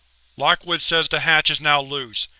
lockwood says the hatch is now loose.